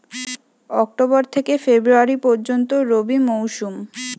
October থেকে February পর্যন্ত রবি মৌসুম